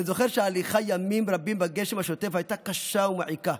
אני זוכר שההליכה ימים רבים בגשם השוטף הייתה קשה ומעיקה,